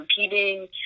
competing